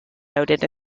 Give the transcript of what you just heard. noted